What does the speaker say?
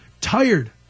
tired